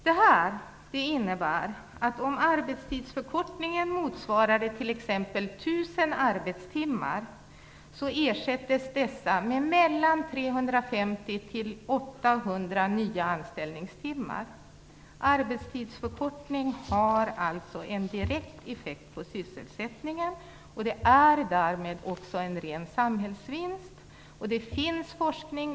Det innebär att en arbetstidsförkortning som motsvarar t.ex. Arbetstidsförkortning har alltså en direkt effekt på sysselsättningen och ger därmed också en ren samhällsvinst. Det finns forskning.